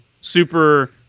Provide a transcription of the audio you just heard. super